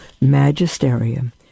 magisterium